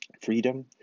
Freedom